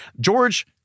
George